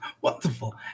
Wonderful